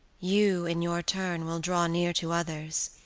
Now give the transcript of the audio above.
you, in your turn, will draw near to others,